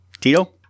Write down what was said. Tito